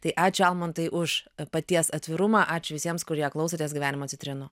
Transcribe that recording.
tai ačiū almantai už paties atvirumą ačiū visiems kurie klausotės gyvenimo citrinų